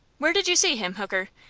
where did you see him, hooker?